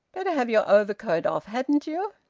better have your overcoat off, hadn't you?